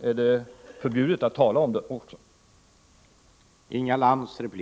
Är det förbjudet att tala om saken också?